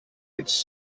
its